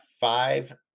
five